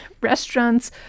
restaurants